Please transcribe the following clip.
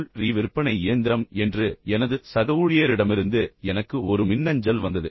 பொருள் ரீ விற்பனை இயந்திரம் என்று எனது சக ஊழியரிடமிருந்து எனக்கு ஒரு மின்னஞ்சல் வந்தது